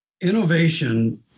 Innovation